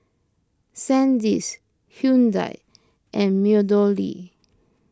Sandisk Hyundai and MeadowLea